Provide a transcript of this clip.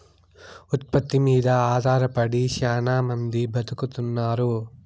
ఉత్పత్తి మీద ఆధారపడి శ్యానా మంది బతుకుతున్నారు